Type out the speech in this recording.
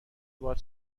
باهات